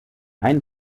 ein